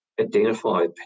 identify